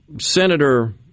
Senator